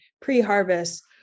pre-harvest